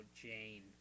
Jane